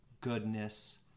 goodness